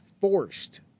forced